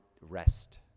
rest